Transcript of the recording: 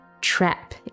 trap